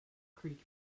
creek